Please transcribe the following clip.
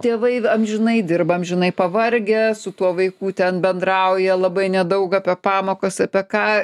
tėvai vamžinai dirba amžinai pavargę su tuo vaiku ten bendrauja labai nedaug apie pamokas apie ką